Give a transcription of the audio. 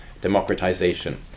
democratization